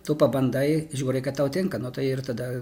tu pabandai žiūri kad tau tinka nu tai ir tada